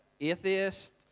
atheist